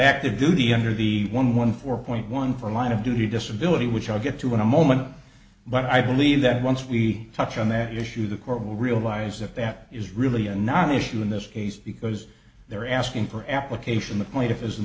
active duty under the one one four point one four line of duty disability which i'll get to in a moment but i believe that once we touch on that issue the court will realise that that is really a non issue in this case because they're asking for application the point of is